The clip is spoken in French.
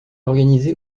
organisé